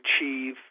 achieve